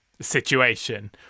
situation